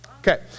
Okay